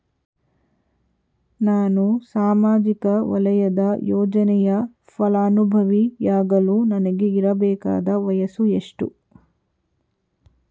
ನಾನು ಸಾಮಾಜಿಕ ವಲಯದ ಯೋಜನೆಯ ಫಲಾನುಭವಿ ಯಾಗಲು ನನಗೆ ಇರಬೇಕಾದ ವಯಸ್ಸು ಎಷ್ಟು?